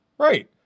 right